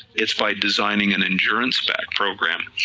it's by designing an endurance back program,